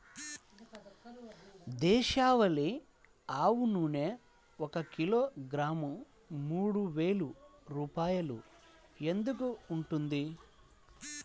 దేశవాళీ ఆవు నెయ్యి ఒక కిలోగ్రాము మూడు వేలు రూపాయలు ఎందుకు ఉంటుంది?